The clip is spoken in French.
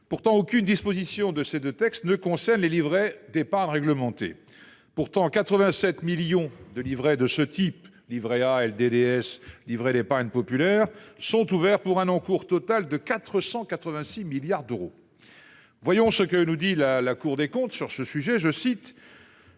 Pourtant aucune disposition de ces deux textes ne concernent les livrets d'épargne réglementée. Pourtant en 87 millions de livrets de ce type Livret A LDDS livré l'épargne populaire sont ouverts pour un encours total de 486 milliards d'euros. Voyons ce que nous dit la la Cour des comptes sur ce sujet je cite.